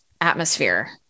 atmosphere